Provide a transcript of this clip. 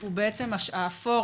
הוא האפור,